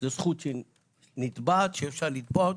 זו זכות שניתן לתבוע אותה.